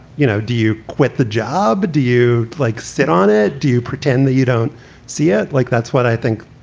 you know. do you quit the job? do you, like, sit on it? do you pretend that you don't see it? like, that's what i think.